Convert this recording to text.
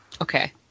Okay